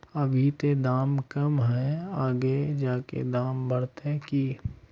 अभी ते दाम कम है आगे जाके दाम बढ़ते की?